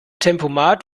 tempomat